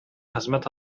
хезмәт